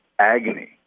agony